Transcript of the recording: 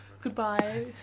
Goodbye